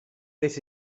this